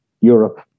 Europe